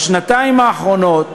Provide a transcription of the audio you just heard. בשנתיים האחרונות